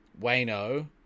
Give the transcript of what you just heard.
wayno